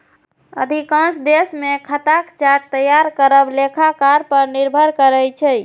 अधिकांश देश मे खाताक चार्ट तैयार करब लेखाकार पर निर्भर करै छै